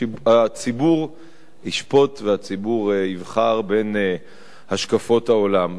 הציבור ישפוט והציבור יבחר בין השקפות העולם.